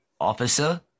officer